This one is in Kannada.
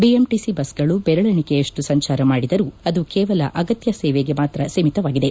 ಬಿಎಂಟಿಸಿ ಬಸ್ಗಳು ಬೆರಳೆಣಿಕೆಯಷ್ನು ಸಂಚಾರ ಮಾಡಿದರೂ ಅದು ಕೇವಲ ಅಗತ್ಯ ಸೇವೆಗೆ ಮಾತ್ರ ಸೀಮಿತವಾಗಿದೆ